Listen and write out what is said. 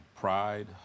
Pride